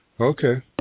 Okay